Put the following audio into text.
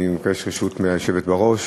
אני מבקש רשות מהיושבת בראש.